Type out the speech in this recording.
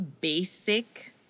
basic